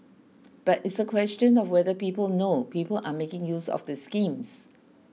but it's a question of whether people know people are making use of the schemes